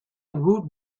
woot